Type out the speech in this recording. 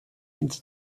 and